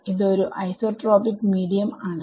ഇത് ഒരു isotropic medium ആണ്